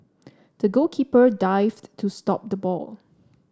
the goalkeeper dived to stop the ball